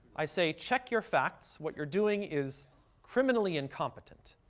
i say check your facts. what you're doing is criminally incompetent.